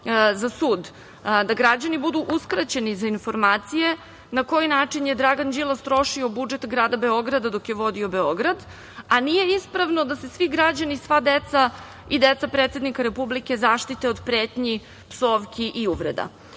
za sud da građani budu uskraćeni za informacije na koji način je Dragan Đilas trošio budžet grada Beograda dok je vodio Beograd, a nije ispravno da se svi građani, sva deca i deca predsednika Republike, zaštite od pretnji, psovki i uvreda? Mislim